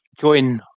join